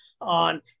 on